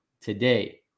today